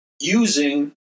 using